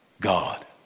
God